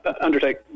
undertake